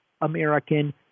American